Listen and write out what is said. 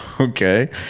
okay